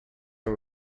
are